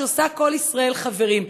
שעושה כל ישראל חברים.